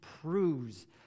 proves